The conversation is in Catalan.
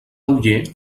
oller